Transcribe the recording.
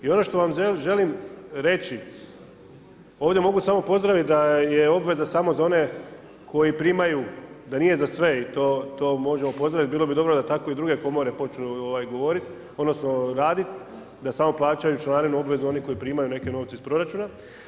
I ono što vam želim reći ovdje mogu samo pozdraviti da je obveza samo za one koji primaju da nije za sve i to možemo pozdraviti, bilo bi dobro da tako i druge komore počnu raditi da samo plaćaju članarinu obveznu oni koji primaju neke novce iz proračuna.